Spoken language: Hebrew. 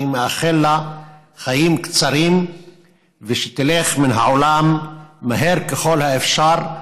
אני מאחל לה חיים קצרים ושתלך מן העולם מהר ככל האפשר,